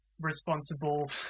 responsible